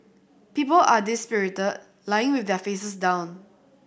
people are dispirited lying with their faces down